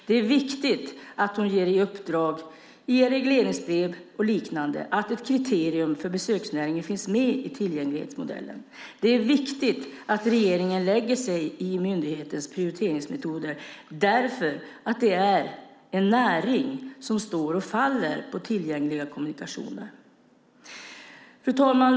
Det är viktigt att hon ger det uppdraget i regleringsbrev och liknande och att ett kriterium för besöksnäringen finns med i tillgänglighetsmodellen. Det är viktigt att regeringen lägger sig i myndighetens prioriteringsmetoder, därför att det är en näring som står och faller med tillgängliga kommunikationer. Fru talman!